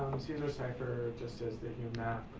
caesar cipher just is that you map,